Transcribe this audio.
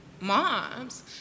moms